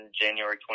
January